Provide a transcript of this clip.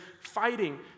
fighting